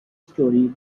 story